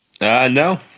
No